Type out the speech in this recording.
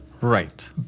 Right